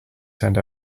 turned